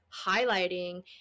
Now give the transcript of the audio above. highlighting